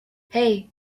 hey